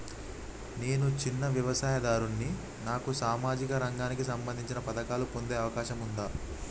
నేను చిన్న వ్యవసాయదారుడిని నాకు సామాజిక రంగానికి సంబంధించిన పథకాలు పొందే అవకాశం ఉందా?